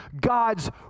God's